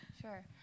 Sure